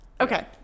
Okay